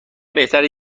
بهتره